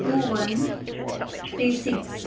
two one three six